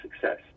success